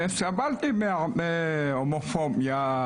וסבלתי מהרבה הומופוביה.